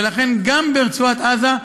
ולכן, גם ברצועת עזה,